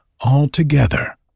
Altogether